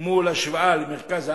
בהשוואה למרכז הארץ,